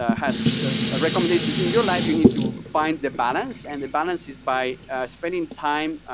ah has ah recommendations. in your life, you need to find the balance, and the balance is by spending time.